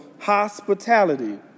hospitality